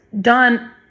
done